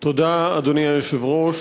אדוני היושב-ראש,